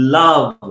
love